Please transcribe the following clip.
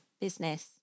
business